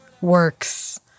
works